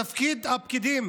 תפקיד הפקידים